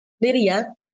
Lydia